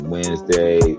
Wednesday